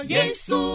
Yesu